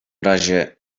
razie